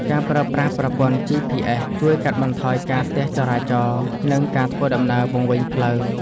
ការប្រើប្រាស់ប្រព័ន្ធ GPS ជួយកាត់បន្ថយការស្ទះចរាចរណ៍ និងការធ្វើដំណើរវង្វេងផ្លូវ។